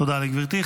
תודה לגברתי.